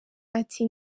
ati